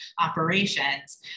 operations